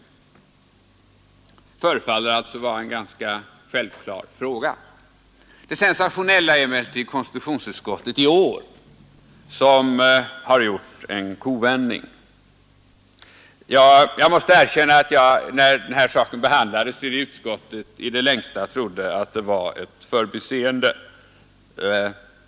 Det förefaller således vara en ganska självklar fråga. Det sensationella är emellertid att konstitutionsutskottet i år har gjort en kovändning. Jag måste erkänna att jag, när den här saken behandlades i utskottet, i det längsta trodde att det var ett förbiseende.